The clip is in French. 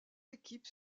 équipes